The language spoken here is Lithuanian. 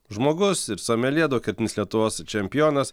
žmogus ir someljė daugkartinis lietuvos čempionas